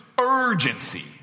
Urgency